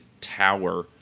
tower